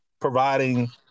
providing